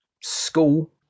school